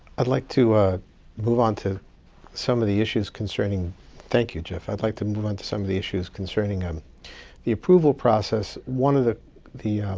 i'd like to move on to some of the issues concerning thank you, jeff. i'd like to move on to some of the issues concerning um the approval process. one of the the